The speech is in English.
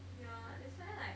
yeah that's why like